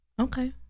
okay